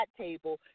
table